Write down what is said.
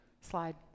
slide